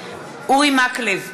אורי מקלב,